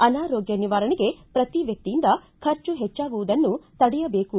ಅನಾರೋಗ್ಯ ನಿವಾರಣೆಗೆ ಪ್ರತಿ ವ್ಯಕ್ತಿಯಿಂದ ಕಪ್ರುಚ ಹೆಚ್ಚಾಗುವುದನ್ನು ತಡೆಯಬೇಕು